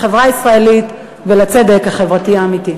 בחברה הישראלית ולצדק החברתי האמיתי.